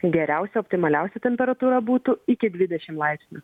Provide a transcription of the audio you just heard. geriausia optimaliausia temperatūra būtų iki dvidešimt laipsnių